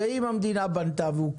אם המדינה בנתה והוא קורס,